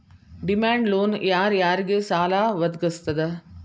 Demand loan ಯಾರ್ ಯಾರಿಗ್ ಸಾಲಾ ವದ್ಗಸ್ತದ?